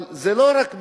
אבל זה לא רק בירושלים,